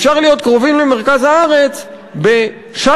אפשר להיות קרובים למרכז הארץ ב"שאטלים"